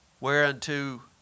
Whereunto